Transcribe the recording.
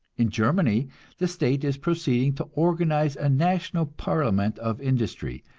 in germany the state is proceeding to organize a national parliament of industry,